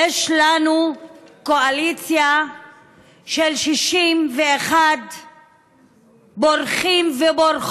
יש לנו קואליציה של 61 בורחים ובורחות.